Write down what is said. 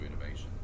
innovation